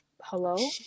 hello